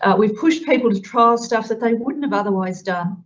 we've pushed people to trial stuff that they wouldn't have otherwise done.